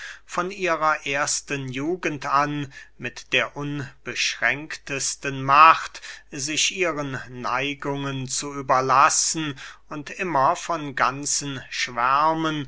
von ihrer ersten jugend an mit der unbeschränktesten macht sich ihren neigungen zu überlassen und immer von ganzen